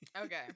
Okay